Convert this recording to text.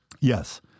Yes